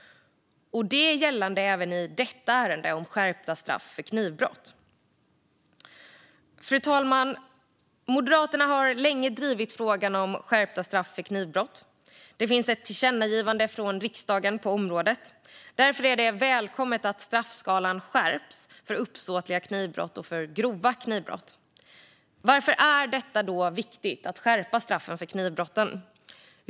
Det gäller även i detta ärende om skärpta straff för knivbrott. Fru talman! Moderaterna har länge drivit frågan om skärpta straff för knivbrott. Det finns ett tillkännagivande från riksdagen på området. Därför är det välkommet att straffskalan skärps för uppsåtliga knivbrott och för grova knivbrott. Varför är det då viktigt att skärpa straffen för knivbrotten?